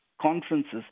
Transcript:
conferences